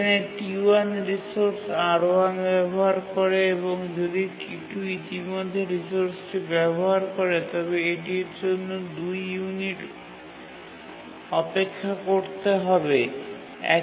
এখানে T1 resource R1 ব্যবহার করে এবং যদি T2 ইতিমধ্যে রিসোর্সটি ব্যবহার করে তবে এটির জন্য ২ ইউনিট অপেক্ষা করতে হবে